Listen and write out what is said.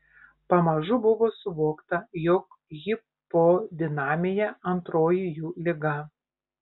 pamažu buvo suvokta jog hipodinamija antroji jų liga